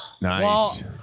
Nice